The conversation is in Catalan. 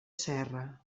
serra